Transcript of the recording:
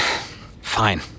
Fine